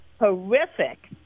horrific